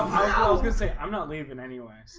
i'm not leaving anyway